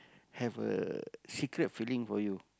have a secret feeling for you